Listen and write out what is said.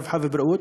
הרווחה והבריאות,